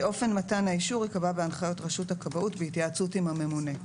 אופן מתן האישור ייקבע בהנחיות רשות הכבאות בהתייעצות עם הממונה.